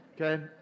Okay